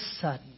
sudden